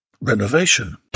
Renovation